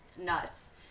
nuts